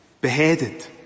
beheaded